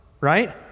right